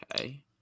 Okay